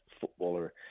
footballer